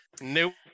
Nope